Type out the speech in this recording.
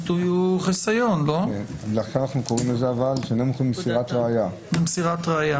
התשל"א 1971, אחרי סעיף